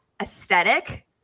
aesthetic